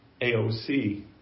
AOC